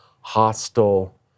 hostile